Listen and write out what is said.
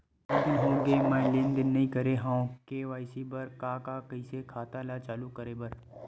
बहुत दिन हो गए मैं लेनदेन नई करे हाव के.वाई.सी बर का का कइसे खाता ला चालू करेबर?